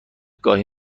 گاهی